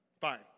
fine